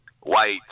white